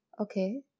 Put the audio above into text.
Okay